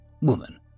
woman